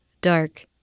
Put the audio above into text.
dark